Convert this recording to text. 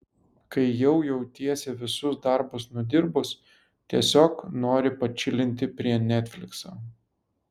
kai jau jautiesi visus darbus nudirbus tiesiog nori pačilinti prie netflikso